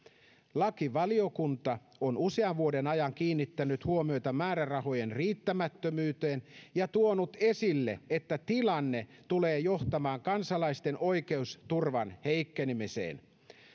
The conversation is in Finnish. lakivaliokunta on usean vuoden ajan kiinnittänyt huomiota määrärahojen riittämättömyyteen ja tuonut esille että tilanne tulee johtamaan kansalaisten oikeusturvan heikkenemiseen